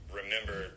remember